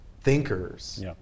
thinkers